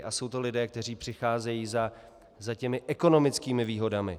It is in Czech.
A jsou to lidé, kteří přicházejí za těmi ekonomickými výhodami.